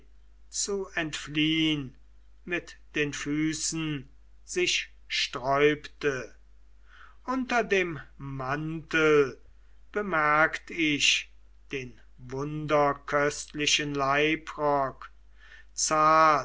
zu entfliehn mit den füßen sich sträubte unter dem mantel bemerkt ich den wunderköstlichen leibrock